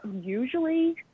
usually